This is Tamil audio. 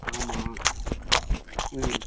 ஆமாம் ம்